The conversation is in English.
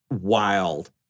wild